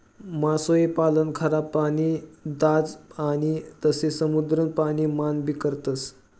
मासोई पालन खारा पाणी, ताज पाणी तसे समुद्रान पाणी मान भी करतस